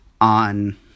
on